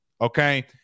Okay